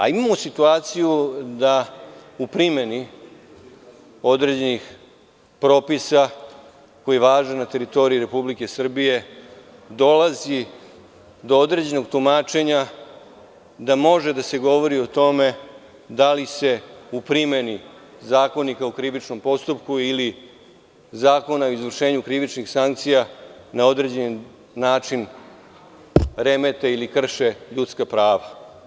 Imamo situaciju da u primeni određenih propisa koji važe na teritoriji Republike Srbije, dolazi do određenog tumačenja da može da se govori o tome da li se u primeni Zakonika o krivičnom postupku ili Zakona o izvršenju krivičnih sankcija na određeni način remete ili krše ljudska prava.